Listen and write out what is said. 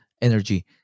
energy